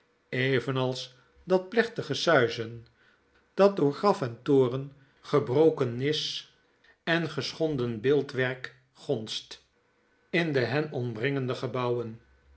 evenals dat plechtige suizen dat door graf en toren gebroken nis en geschonden beeldwerk gonst in de hen omringende gebouwen